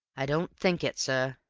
i don't think it, sir.